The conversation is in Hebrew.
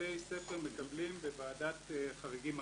שבתי ספר מקבלים בוועדת חריגים ארצית.